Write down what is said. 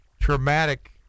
traumatic